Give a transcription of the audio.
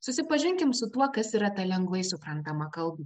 susipažinkim su tuo kas yra ta lengvai suprantama kalba